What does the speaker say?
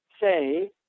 say